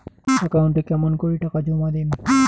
একাউন্টে কেমন করি টাকা জমা দিম?